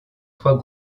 trois